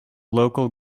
local